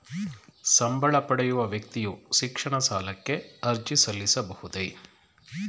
ಸಂಬಳ ಪಡೆಯುವ ವ್ಯಕ್ತಿಯು ಶಿಕ್ಷಣ ಸಾಲಕ್ಕೆ ಅರ್ಜಿ ಸಲ್ಲಿಸಬಹುದೇ?